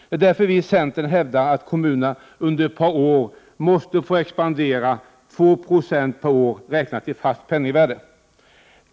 Det är därför som vi i centern hävdar att kommunerna under ett par år måste få expandera med 2 I per år räknat i fast penningvärde.